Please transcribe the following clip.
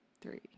Three